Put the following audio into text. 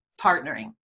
partnering